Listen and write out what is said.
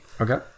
okay